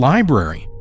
Library